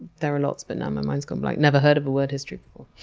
there are lots, but now my mind's gone blank. never heard of a word history